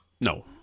No